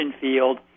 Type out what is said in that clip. field